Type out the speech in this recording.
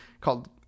called